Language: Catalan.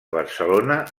barcelona